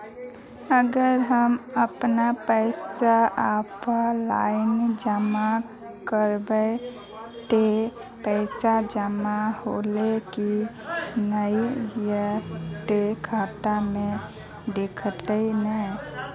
अगर हम अपन पैसा ऑफलाइन जमा करबे ते पैसा जमा होले की नय इ ते खाता में दिखते ने?